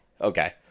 Okay